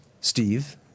Steve